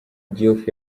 diouf